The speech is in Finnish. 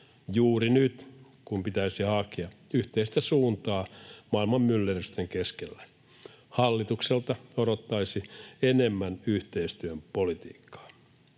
Juuri nyt, kun pitäisi hakea yhteistä suuntaa maailman myllerrysten keskellä, hallitukselta odottaisi enemmän yhteistyön politiikkaa.